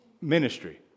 ministry